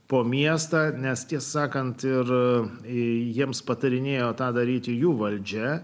po miestą nes ties sakant ir į jiems patarinėjo tą daryti jų valdžia